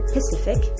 Pacific